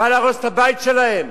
בא להרוס את הבית שלהן.